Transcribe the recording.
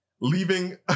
leaving